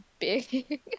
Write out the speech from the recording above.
big